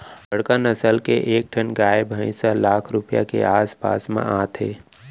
बड़का नसल के एक ठन गाय भईंस ह लाख रूपया के आस पास म आथे